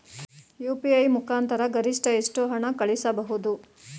UPI ಮುಖಾಂತರ ಗರಿಷ್ಠ ಎಷ್ಟು ಹಣ ಕಳಿಸಬಹುದು?